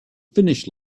finish